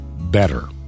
better